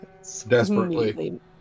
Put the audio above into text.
Desperately